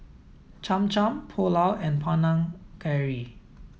Cham Cham Pulao and Panang Curry